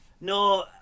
No